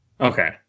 Okay